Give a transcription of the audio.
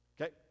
Okay